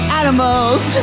animals